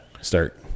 start